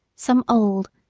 some old,